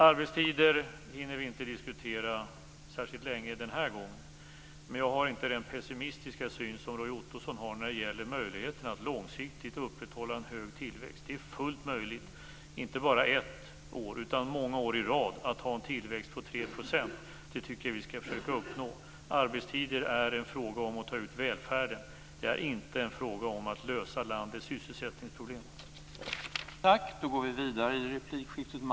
Arbetstider hinner vi inte diskutera särskilt länge denna gång, men jag har inte den pessimistiska syn som Roy Ottosson har när det gäller möjligheterna att långsiktigt upprätthålla en hög tillväxt. En tillväxt på 3 % är fullt möjlig inte bara ett utan många år i rad. Det tycker jag att vi skall försöka uppnå. Arbetstider är en fråga om välfärd. Det är inte en fråga om att lösa landets sysselsättningsproblem.